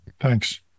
Thanks